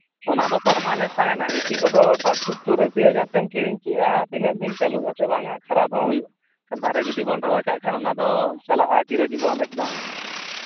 ᱚᱱᱟ ᱫᱚ ᱯᱟᱨᱢᱟᱱᱮᱱᱴ ᱛᱟᱦᱮᱱᱟ ᱮᱹᱥᱤ ᱠᱚ ᱫᱚ ᱥᱟᱴ ᱥᱚᱛᱛᱚᱨ ᱦᱟᱡᱟᱨ ᱛᱮᱢ ᱠᱤᱨᱤᱧ ᱠᱮᱜᱼᱟ ᱛᱤᱱᱟᱹᱜ ᱫᱤᱱ ᱪᱟᱹᱞᱩᱜ ᱟᱥᱮ ᱵᱟᱝᱼᱟ ᱠᱷᱟᱨᱟᱯ ᱦᱚᱸ ᱦᱩᱭᱩᱜᱼᱟ ᱫᱟᱨᱮ ᱡᱩᱫᱤ ᱵᱚᱱ ᱨᱚᱦᱚᱭ ᱠᱟᱜ ᱠᱷᱟᱱ ᱚᱱᱟ ᱫᱚ ᱪᱟᱞᱟᱜᱼᱟ ᱪᱤᱨᱚ ᱡᱤᱵᱚᱱ ᱮᱠᱫᱚᱢ